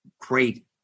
great